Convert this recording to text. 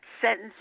sentence